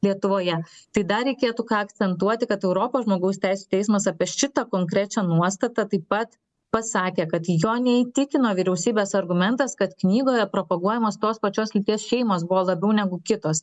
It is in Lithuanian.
lietuvoje tai dar reikėtų ką akcentuoti kad europos žmogaus teisių teismas apie šitą konkrečią nuostatą taip pat pasakė kad jo neįtikino vyriausybės argumentas kad knygoje propaguojamos tos pačios lyties šeimos buvo labiau negu kitos